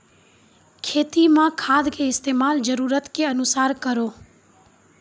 खेती मे खाद के इस्तेमाल जरूरत के अनुसार करऽ